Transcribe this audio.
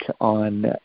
on